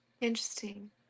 Interesting